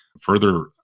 further